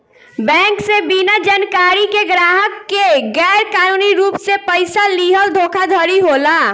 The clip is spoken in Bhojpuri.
बैंक से बिना जानकारी के ग्राहक के गैर कानूनी रूप से पइसा लीहल धोखाधड़ी होला